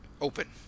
open